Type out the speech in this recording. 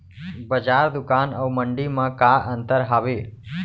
बजार, दुकान अऊ मंडी मा का अंतर हावे?